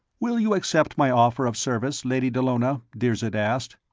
will you accept my offer of service, lady dallona? dirzed asked.